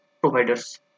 providers